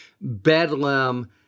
bedlam